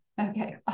Okay